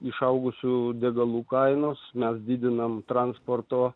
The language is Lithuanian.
išaugusių degalų kainos mes didiname transporto